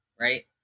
right